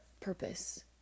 purpose